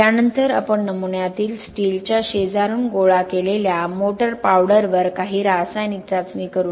यानंतर आपण नमुन्यातील स्टीलच्या शेजारून गोळा केलेल्या मोटर पावडरवर काही रासायनिक चाचणी करू